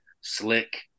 slick